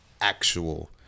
actual